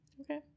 Okay